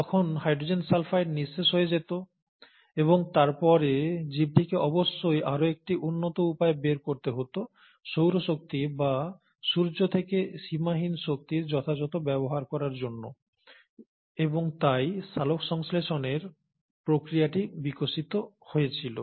তখন hydrogen sulphide নিঃশেষ হয়ে যেত এবং তারপরে জীবটিকে অবশ্যই আরো একটি উন্নত উপায় বের করতে হত সৌরশক্তি বা সূর্য থেকে সীমাহীন শক্তির যথাযত ব্যবহার করার জন্য এবং তাই সালোকসংশ্লেষণের প্রক্রিয়াটি বিকশিত হয়েছিল